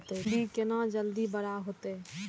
भिंडी केना जल्दी बड़ा होते?